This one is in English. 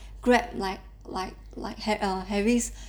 grab like like like err harry's